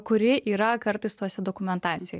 kuri yra kartais tose dokumentacijoj